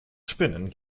spinnen